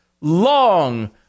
long